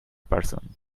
person